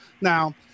Now